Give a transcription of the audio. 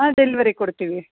ಹಾಂ ಡೆಲ್ವರಿ ಕೊಡ್ತೀವಿ